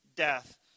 Death